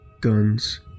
Guns